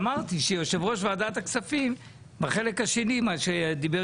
אמרתי שיושב ראש ועדת הכספים בחלק השני מה שדיבר